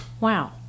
wow